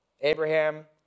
Abraham